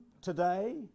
today